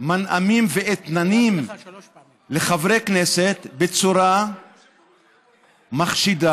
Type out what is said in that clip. מנעמים ואתננים לחברי כנסת בצורה מחשידה,